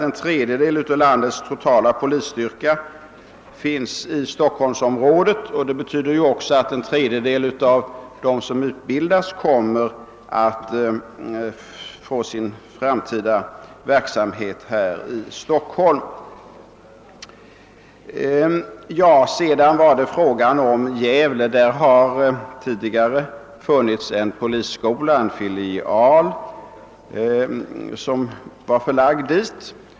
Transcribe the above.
En tredjedel av landets totala polisstyrka finns sålunda i Stockholmsområdet. Det betyder att en tredjedel av dem som utbildas kommer att få sin framtida verksamhet i Stockholm. Tidigare var en filial till polisskolan förlagd till Gävle.